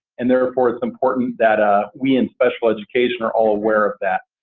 and therefore, it's important that ah we in special education are all aware of that.